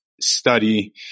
study